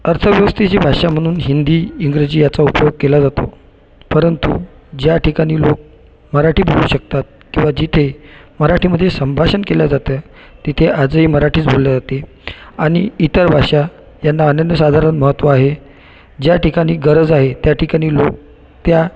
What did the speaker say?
अर्थातच तिची भाषा म्हणून हिंदी इंग्रजी याचा उपयोग केला जातो परंतु ज्या ठिकाणी लोक मराठी बोलू शकतात किंवा जिथे मराठीमध्ये संभाषण केलं जातं तिथे आजही मराठीच बोललं जाते आणि इतर भाषा यांना अनन्यसाधारण महत्व आहे ज्या ठिकाणी गरज आहे त्या ठिकाणी लोक त्या